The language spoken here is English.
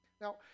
now